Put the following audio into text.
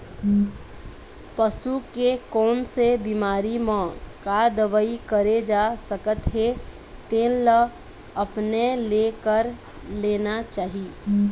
पसू के कोन से बिमारी म का दवई करे जा सकत हे तेन ल अपने ले कर लेना चाही